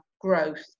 growth